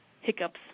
hiccups